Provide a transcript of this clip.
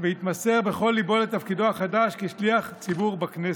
והתמסר בכל ליבו לתפקידו החדש כשליח ציבור בכנסת.